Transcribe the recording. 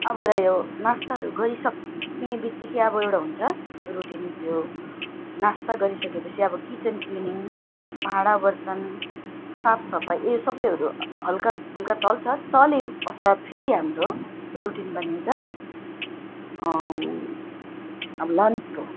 अब रह्यो नास्ताहरू गरिसक्नेबितिक्कै अब एउटा हुन्छ रुटिन त्यो नास्ता गरिसकेपछि अब किचन क्लिनिङ भाँडाबर्तन साफसफाई यो सबैहरू हल्काफुल्का चल्छ चलेपश्चात फेरि हाम्रो रुटिन बनिन्छ अब लन्चको